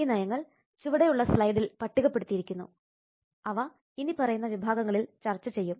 ഈ നയങ്ങൾ ചുവടെയുള്ള സ്ലൈഡിൽ പട്ടികപ്പെടുത്തിയിരിക്കുന്നു അവ ഇനി പറയുന്ന വിഭാഗങ്ങളിൽ ചർച്ച ചെയ്യും